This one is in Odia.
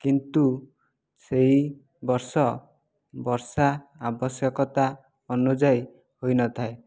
କିନ୍ତୁ ସେହି ବର୍ଷ ବର୍ଷା ଆବଶ୍ୟକତା ଅନୁଯାୟୀ ହୋଇନଥାଏ